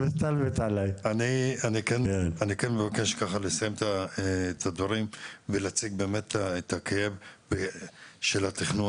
אני כן מבקש ככה לסיים את הדברים ולהציג באמת את הכאב של התכנון.